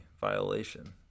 violation